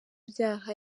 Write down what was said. byaha